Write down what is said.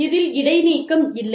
இதில் இடைநீக்கம் இல்லை